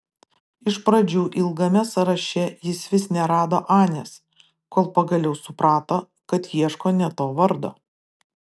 iš pradžių ilgame sąraše jis vis nerado anės kol pagaliau suprato kad ieško ne to vardo